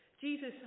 Jesus